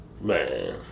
Man